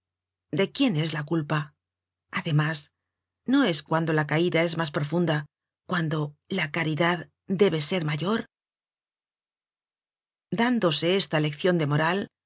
de quién es la culpa además no es cuando la caida es mas profunda cuando la caridad debe ser mayor dándose esta leccion de moral